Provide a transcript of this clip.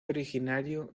originario